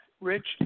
Rich